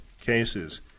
cases